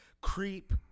Creep